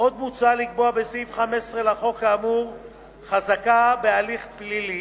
עוד מוצע לקבוע בסעיף 15 לחוק האמור חזקה בהליך פלילי,